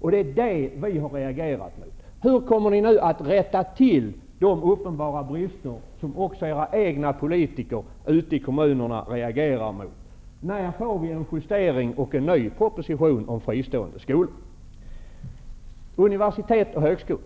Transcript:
Det är detta vi har reagerat mot. Hur kommer ni nu att rätta till de uppenbara brister som också era egna politiker ute i kommunerna reagerar mot? När får vi en justering och en ny proposition om fristående skolor? Så till universitet och högskolor.